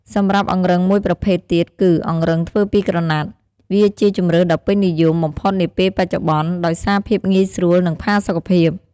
សម្រាប់អង្រឹងមួយប្រភេទទៀតគឺ អង្រឹងធ្វើពីក្រណាត់ វាជាជម្រើសដ៏ពេញនិយមបំផុតនាពេលបច្ចុប្បន្ន ដោយសារភាពងាយស្រួល និងផាសុខភាព។